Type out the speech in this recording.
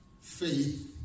faith